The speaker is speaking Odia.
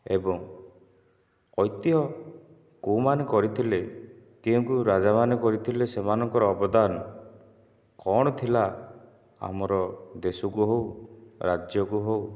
ଏବଂ ଐତିହ୍ୟ କେଉଁ ମାନେ କରିଥିଲେ କେଉଁ କେଉଁ ରାଜାମାନେ କରିଥିଲେ ସେମାନଙ୍କର ଅବଦାନ କଣ ଥିଲା ଆମର ଦେଶକୁ ହେଉ ରାଜ୍ୟକୁ ହେଉ